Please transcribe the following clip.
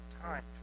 time